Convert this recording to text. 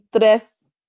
tres